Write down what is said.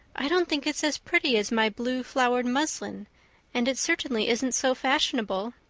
i don't think it's as pretty as my blue-flowered muslin and it certainly isn't so fashionable.